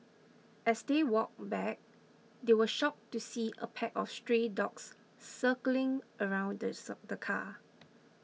as they walked back they were shocked to see a pack of stray dogs circling around the car